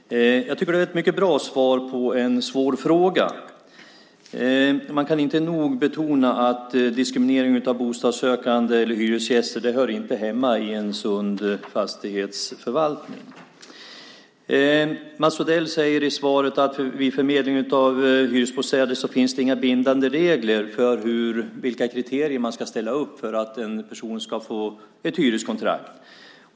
Fru talman! Jag tycker att det är ett mycket bra svar på en svår fråga. Man kan inte nog betona att diskriminering av bostadssökande eller hyresgäster inte hör hemma i en sund fastighetsförvaltning. Mats Odell säger i svaret att vid förmedling av hyresbostäder finns det inga bindande regler för vilka kriterier man ska ställa upp för att en person ska få ett hyreskontrakt.